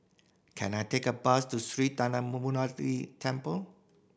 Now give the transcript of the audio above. can I take a bus to Sri Thendayuthapani Temple